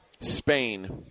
Spain